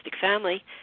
family